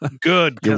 Good